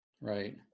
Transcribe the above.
Right